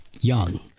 young